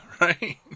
right